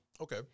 okay